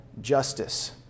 justice